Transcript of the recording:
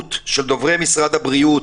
ובהירות של דוברי משרד הבריאות.